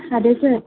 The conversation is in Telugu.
అదే సార్